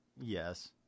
yes